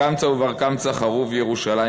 אקמצא ובר קמצא חרוב ירושלים,